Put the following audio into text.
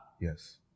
Yes